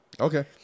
Okay